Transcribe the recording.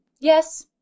Yes